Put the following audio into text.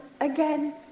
again